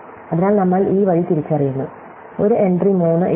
അതിനാൽ നമ്മൾ ഈ വഴി തിരിച്ചറിയുന്നു ഒരു എൻട്രി 3 ഇടുന്നു